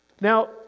Now